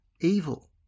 evil